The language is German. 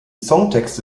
songtexte